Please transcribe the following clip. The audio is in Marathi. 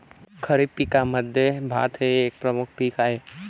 खरीप पिकांमध्ये भात हे एक प्रमुख पीक आहे